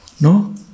No